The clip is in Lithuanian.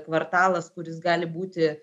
kvartalas kuris gali būti